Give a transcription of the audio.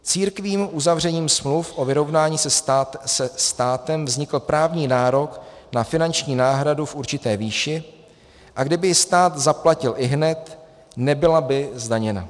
Církvím uzavřením smluv o vyrovnání se státem vznikl právní nárok na finanční náhradu v určité výši, a kdyby ji stát zaplatil ihned, nebyla by zdaněna.